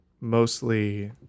mostly